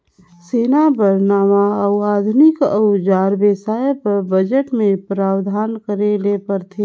सेना बर नावां अउ आधुनिक अउजार बेसाए बर बजट मे प्रावधान करे ले परथे